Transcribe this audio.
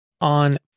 on